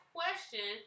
question